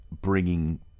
bringing